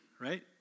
right